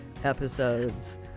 episodes